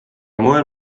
mujal